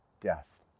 death